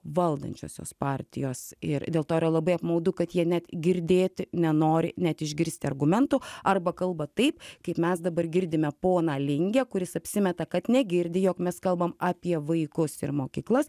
valdančiosios partijos ir dėl to yra labai apmaudu kad jie net girdėti nenori net išgirsti argumentų arba kalba taip kaip mes dabar girdime poną lingę kuris apsimeta kad negirdi jog mes kalbam apie vaikus ir mokyklas